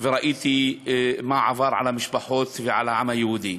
וראיתי מה עבר על המשפחות ועל העם היהודי.